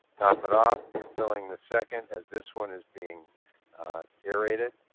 top it off. you're filling the second as this one is being aerated.